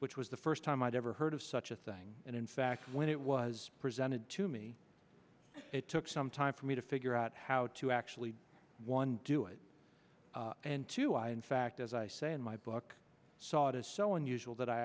which was the first time i'd ever heard of such a thing and in fact when it was presented to me it took some time for me to figure out how to actually one do it and two i in fact as i say in my book saw it as so unusual that i